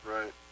Right